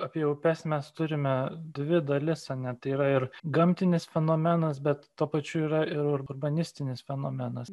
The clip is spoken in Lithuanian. apie upes mes turime dvi dalis ar ne tai yra ir gamtinis fenomenas bet tuo pačiu yra ir urbanistinis fenomenas